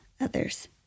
others